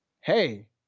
hey